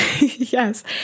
yes